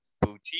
boutique